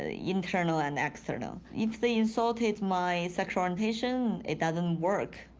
ah internal and external. if they insulted my sexual orientation, it doesn't work,